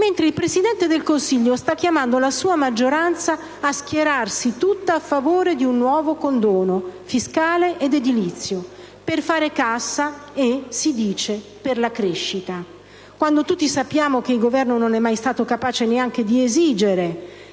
il Presidente del Consiglio sta chiamando la sua maggioranza a schierarsi tutta a favore di un nuovo condono fiscale ed edilizio, per fare cassa e - si dice - per la crescita, quando tutti sappiamo che il Governo non è mai stato capace neanche di esigere